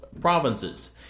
provinces